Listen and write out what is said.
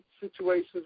situations